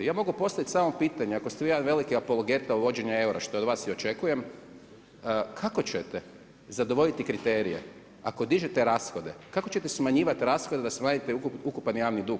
Ja mogu postaviti samo pitanje, ako ste vi jedan veliki apologeta uvođenju eura, što od vas i očekujem, kako ćete zadovoljiti kriterije ako dižete rashode, kako ćete smanjivati rashode da smanjite ukupan javni dug?